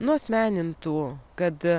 nuasmenintų kad